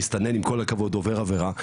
מסתנן עם כל הכבוד עובר עבירה,